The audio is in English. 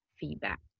feedback